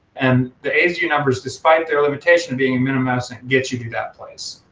and the aidsvu numbers, despite their limitation being a minimum estimate, gets you to that place.